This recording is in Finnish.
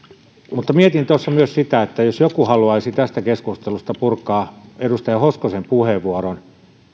mietin tuossa myös sitä jos joku haluaisi tästä keskustelusta purkaa edustaja hoskosen puheenvuoron